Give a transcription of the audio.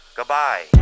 Goodbye